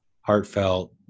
heartfelt